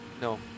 no